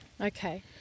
Okay